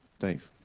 dave.